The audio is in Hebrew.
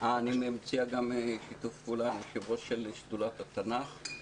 מציע גם שיתוף פעולה כיושב-ראש שדולת התנ"ך.